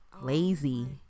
Lazy